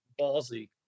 Ballsy